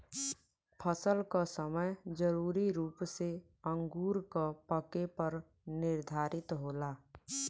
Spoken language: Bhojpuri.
फसल क समय जरूरी रूप से अंगूर क पके पर निर्धारित होला